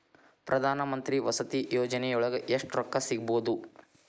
ಪ್ರಧಾನಮಂತ್ರಿ ವಸತಿ ಯೋಜನಿಯೊಳಗ ಎಷ್ಟು ರೊಕ್ಕ ಸಿಗಬೊದು?